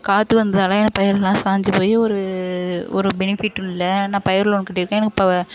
காற்று வந்ததால் எனக்கு பயிர்லாம் சாஞ்சு போய் ஒரு ஒரு பெனிஃபிட்டும் இல்லை ஆனால் பயிறு லோன் கட்டியிருக்கேன் எனக்கு இப்போ